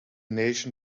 nation